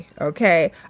Okay